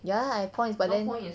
ya I points but then